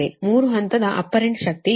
3 ಹಂತದ ಅಪ್ಪರೆಂಟ್ ಶಕ್ತಿಯು 0